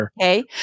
Okay